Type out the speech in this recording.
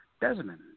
Desmond